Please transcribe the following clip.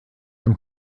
from